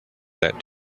that